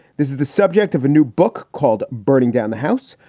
this is the subject of a new book called burning down the house.